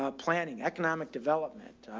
ah planning, economic development,